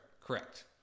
Correct